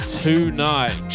tonight